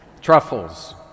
Truffles